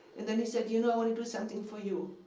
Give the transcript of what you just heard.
then he said, you know i want to do something for you.